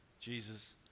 Jesus